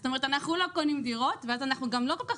זאת אומרת אנחנו לא קונים דירות ואז אנחנו גם לא כל כך